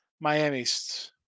Miami's